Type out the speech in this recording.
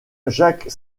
jacques